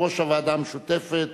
במשך כל השנה.